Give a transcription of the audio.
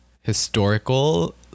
historical